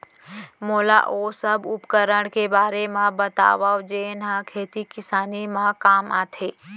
मोला ओ सब उपकरण के बारे म बतावव जेन ह खेती किसानी म काम आथे?